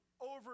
over